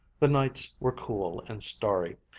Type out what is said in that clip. the nights were cool and starry.